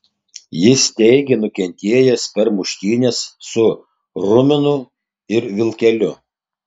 jis teigė nukentėjęs per muštynes su ruminu ir vilkeliu